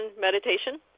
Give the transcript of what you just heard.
meditation